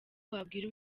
wabwira